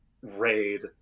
raid